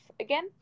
again